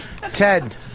Ted